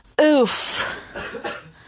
Oof